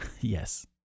Yes